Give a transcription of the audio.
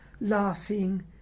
laughing